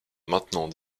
maintenant